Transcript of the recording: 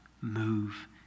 move